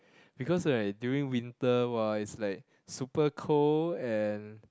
because right during winter !wow! is like super cold and